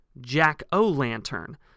Jack-O-Lantern